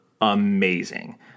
amazing